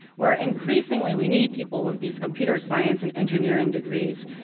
where increasingly we need people with these computer science and engineering degrees,